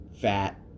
Fat